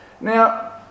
now